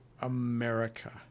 America